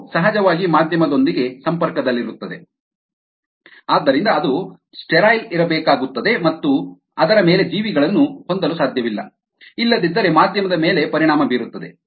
probe ಸಹಜವಾಗಿ ಮಾಧ್ಯಮದೊಂದಿಗೆ ಸಂಪರ್ಕದಲ್ಲಿರುತ್ತದೆ ಆದ್ದರಿಂದ ಅದು ಸ್ಟೆರೈಲ್ ಇರಬೇಕಾಗುತ್ತದೆ ಅದರ ಮೇಲೆ ಜೀವಿಗಳನ್ನು ಹೊಂದಲು ಸಾಧ್ಯವಿಲ್ಲ ಇಲ್ಲದಿದ್ದರೆ ಮಾಧ್ಯಮದ ಮೇಲೆ ಪರಿಣಾಮ ಬೀರುತ್ತದೆ